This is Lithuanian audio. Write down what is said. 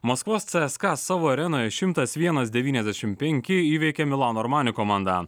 maskvos cė es ką savo arenoje šimtas vienas devyniasdešimt penki įveikė milano armani komandą